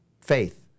faith